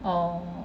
orh